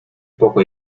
poco